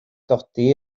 dodi